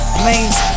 planes